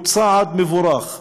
הוא צעד מבורך,